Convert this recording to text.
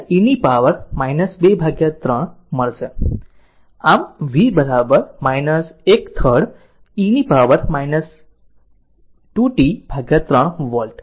5 23 e power હશે 2 t 3 આમ V 1 third e power 2 t 3 volt